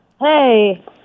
Hey